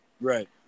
Right